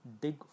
dig